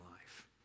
life